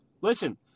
Listen